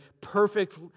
perfect